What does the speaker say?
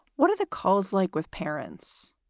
what are the calls like with parents?